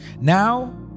Now